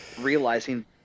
realizing